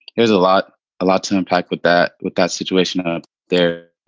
there's a lot a lot to unpack with that with that situation up there,